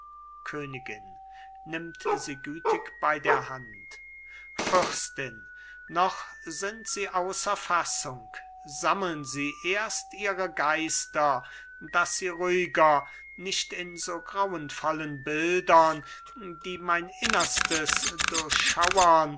königin nimmt sie gütig bei der hand fürstin noch sind sie außer fassung sammeln sie erst ihre geister daß sie ruhiger nicht in so grauenvollen bildern die mein innerstes durchschauern